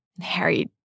Harry